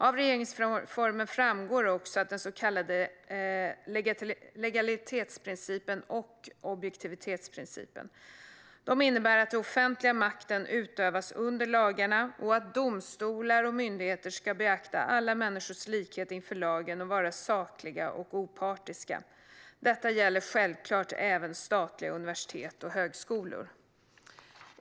Av regeringsformen framgår också legalitetsprincipen och objektivitetsprincipen. De innebär att den offentliga makten utövas under lagarna och att domstolar och myndigheter ska beakta alla människors likhet inför lagen och vara sakliga och opartiska. Detta gäller självklart även statliga universitet och högskolor.